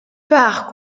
par